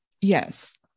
Yes